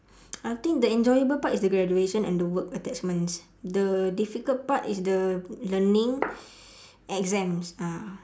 I think the enjoyable part is the graduation and the work attachments the difficult part is the the learning exams ah